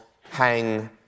hang